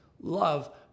love